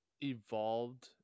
evolved